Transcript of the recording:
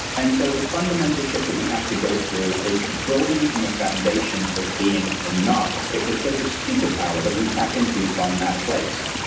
and so the fundamental shift that we have to go through is building from a foundation of being enough because there's a superpower that we tap into from that place.